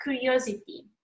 curiosity